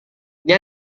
ini